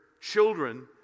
children